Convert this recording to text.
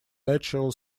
natural